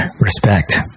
Respect